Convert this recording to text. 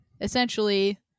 essentially